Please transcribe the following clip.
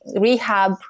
rehab